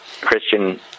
Christian